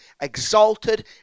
exalted